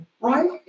Right